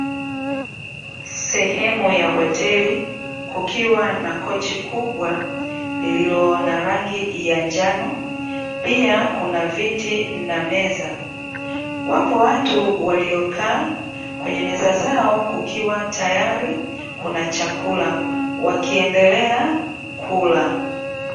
Sehemu ya hoteli kukiwa na kochi kubwa lililo na rangi ya njano pia kuna viti na meza, wapo watu waliokaa kwenye meza zao kukiwa tayari kuna chakula wakiendelea kula.